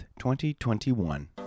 2021